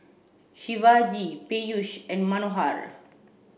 Shivaji Peyush and Manohar